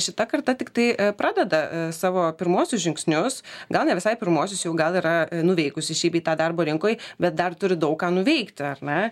šita karta tiktai pradeda savo pirmuosius žingsnius gal ne visai pirmuosius jau gal yra nuveikusi šį bei tą darbo rinkoj bet dar turi daug ką nuveikti na